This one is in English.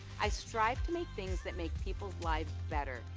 i strive to make things that make people's lives better.